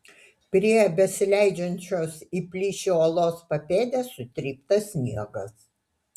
prie besileidžiančios į plyšį uolos papėdės sutryptas sniegas